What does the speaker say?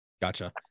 Gotcha